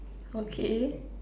okay